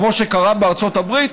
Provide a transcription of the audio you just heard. כמו שהיה בארצות הברית,